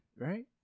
Right